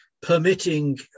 permitting